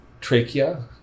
trachea